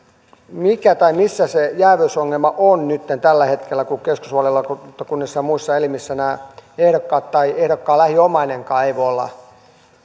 mikä tai missä se jääviysongelma on nytten tällä hetkellä kun keskusvaalilautakunnissa ja muissa elimissä ehdokkaat tai ehdokkaan lähiomainenkaan eivät voi olla